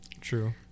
True